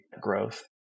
growth